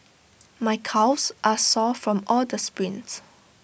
my calves are sore from all the sprints